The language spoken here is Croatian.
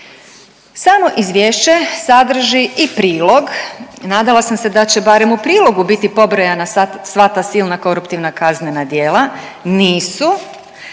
Samo izvješće sadrži i prilog, nadala sam se da će barem u prilogu biti pobrojana sva ta silna koruptivna kaznena djela, nisu,